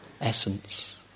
essence